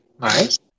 Nice